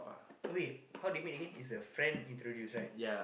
wait how they meet again is a friend introduce right